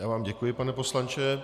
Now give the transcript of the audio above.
Já vám děkuji, pane poslanče.